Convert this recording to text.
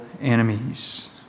enemies